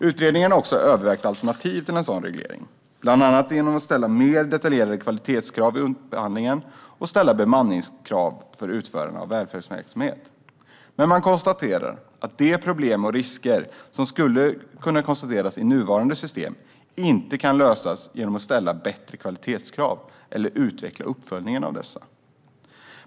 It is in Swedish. Utredningen har också övervägt alternativ till en sådan reglering, bland annat att ställa mer detaljerade kvalitetskrav i upphandlingar och att ställa bemanningskrav på utförarna av välfärdsverksamhet. Men man konstaterar att de problem och risker som kan konstateras i nuvarande system inte kan lösas genom att ställa bättre kvalitetskrav eller utveckla uppföljningen av dessa.